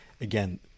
Again